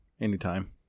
anytime